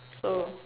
so